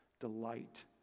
delight